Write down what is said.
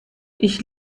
ich